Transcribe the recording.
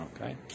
Okay